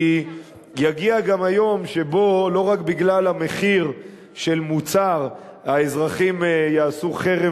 כי יגיע גם היום שבו לא רק בגלל המחיר של מוצר האזרחים יעשו חרם